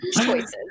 Choices